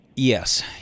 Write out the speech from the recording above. Yes